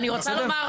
ואני רוצה לומר,